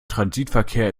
transitverkehr